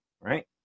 right